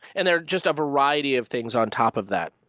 and there are just a variety of things on top of that.